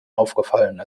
aufgefallen